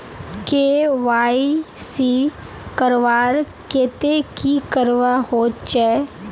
KYC करवार केते की करवा होचए?